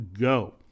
go